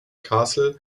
castle